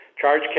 Charge